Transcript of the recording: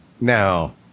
Now